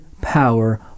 power